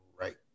Right